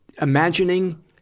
imagining